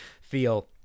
feel